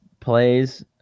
plays